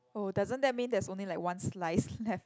oh doesn't that mean there's only like one slice left